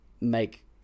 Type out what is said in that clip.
make